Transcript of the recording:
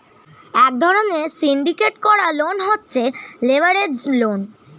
এক ধরণের সিন্ডিকেট করা লোন গুলো হচ্ছে লেভারেজ লোন